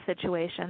situation